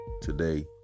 today